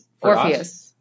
Orpheus